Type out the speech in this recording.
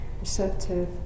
receptive